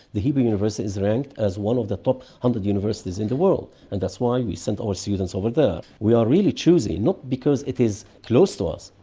the hebrew university is ranked as one of the top one hundred universities in the world, and that's why we sent our students over there. we are really choosy, not because it is close to us,